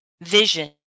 vision